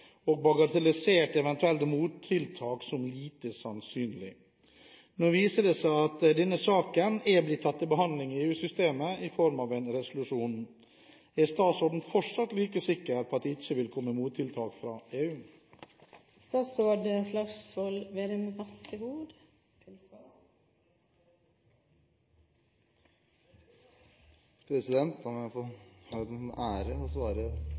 og bagatellisert eventuelle mottiltak som lite sannsynlig. Nå viser det seg at denne saken er blitt tatt til behandling i EU-systemet i form av en resolusjon. Er statsråden fortsatt like sikker på at det ikke vil komme mottiltak fra EU?» La meg få ha den ære å svare